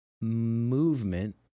movement